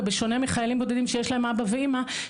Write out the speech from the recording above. ובשונה מחיילים בודדים שיש להם אבא ואימא,